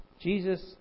Jesus